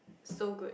so good